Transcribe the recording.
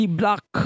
block